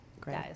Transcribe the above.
Great